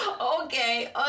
Okay